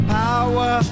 power